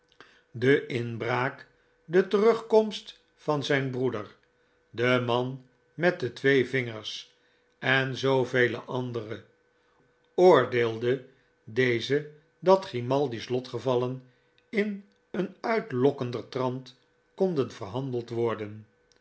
de inbraak de terugkomst van zijn broeder de man met de twee vingers en zoovele andere oordeelde deze dat grimaldi's lotgevallen in een uitlokkender trant konden verhandeld worden